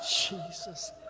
Jesus